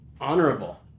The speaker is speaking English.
Honorable